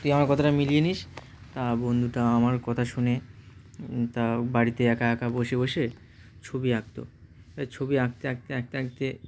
তুই আমার কথাটা মিলিয়ে নিস তা বন্ধুটা আমার কথা শুনে তা বাড়িতে একা একা বসে বসে ছবি আঁকত ছবি আঁকতে আঁকতে আঁকতে আঁকতে